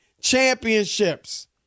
championships